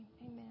amen